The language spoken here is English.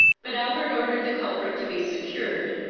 but albert ordered the culprit to be secured,